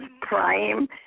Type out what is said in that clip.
prime